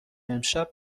امشب